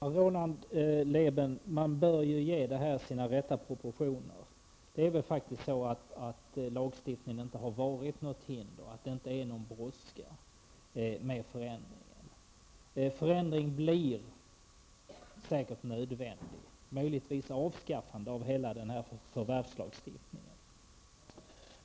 Herr talman! Man bör ge det här dess rätta proportioner. Det är faktiskt så att lagstiftningen inte har varit något hinder och att det inte är någon brådska med förändringen -- en förändring blir säkert nödvändig, möjligtvis ett avskaffande av hela förvärvslagstiftningen.